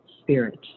spirit